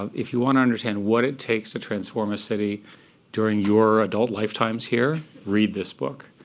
if you want to understand what it takes to transform a city during your adult lifetimes here, read this book.